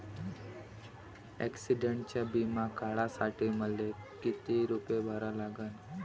ॲक्सिडंटचा बिमा काढा साठी मले किती रूपे भरा लागन?